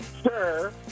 Sir